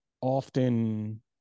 often